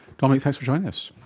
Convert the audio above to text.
dominic, thanks for joining us.